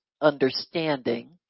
understanding